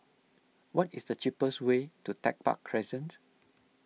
what is the cheapest way to Tech Park Crescent